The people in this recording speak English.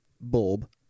bulb